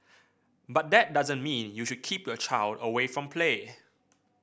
but that doesn't mean you should keep your child away from play